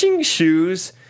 shoes